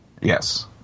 Yes